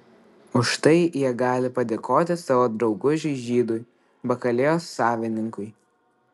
už tai jie gali padėkoti savo draugužiui žydui bakalėjos savininkui